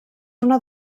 una